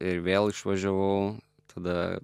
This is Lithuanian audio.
ir vėl išvažiavau tada